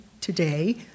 today